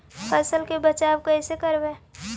फसल के बचाब कैसे करबय?